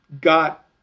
got